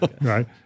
right